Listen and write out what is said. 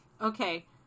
okay